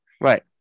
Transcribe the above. Right